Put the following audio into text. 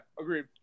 Agreed